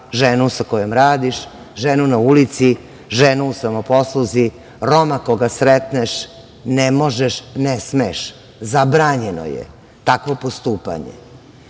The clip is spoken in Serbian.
ženu sa kojom radiš, ženu na ulici, ženu u samoposluzi, Roma koga sretneš. Ne možeš, ne smeš, zabranjeno je takvo postupanje. Ali,